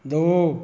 ਦੋ